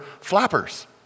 flappers